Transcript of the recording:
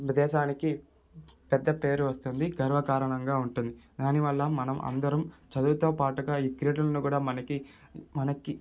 దేశానికి పెద్ద పేరు వస్తుంది గర్వకారణంగా ఉంటుంది దాని వల్ల మనం అందరం చదువుతో పాటుగా ఈ క్రీడలను కూడా మనకి మనకి